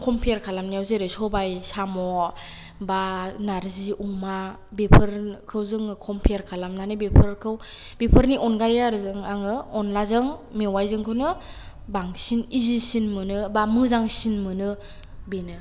खमफेयार खालामनायाव जेरै सबाइ साम' बा नारजि अमा बेफोरखौ जोङो खमफेयार खालामनानै बेफोरखौ बेफोरनि अनगायै आरो आङो अनलाजों मेवाइजोंखौनो बांसिन इजिसिन मोनो बा मोजांसिन मोनो बेनो